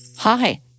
Hi